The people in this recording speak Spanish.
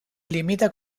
limita